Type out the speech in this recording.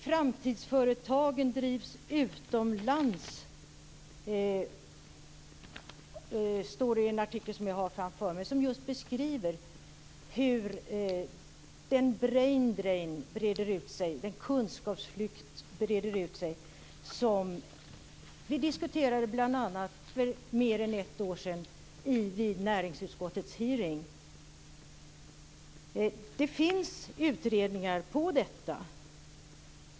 Framtidsföretagen drivs utomlands. Så står det i en tidningsartikel som jag har framför mig. Där beskrivs just hur den braindrain, den kunskapsflykt, breder ut sig som vi bl.a. diskuterade för mer än ett år sedan vid näringsutskottets hearing. Det finns utredningar om detta.